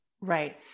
right